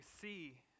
see